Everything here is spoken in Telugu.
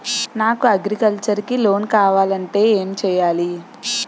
నాకు అగ్రికల్చర్ కి లోన్ కావాలంటే ఏం చేయాలి?